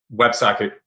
WebSocket